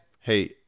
Hey